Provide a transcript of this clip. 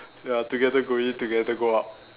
ya together go in together go out